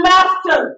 Master